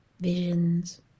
visions